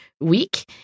week